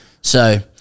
So-